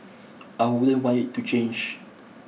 I wouldn't want it to change